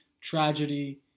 tragedy